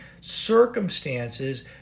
circumstances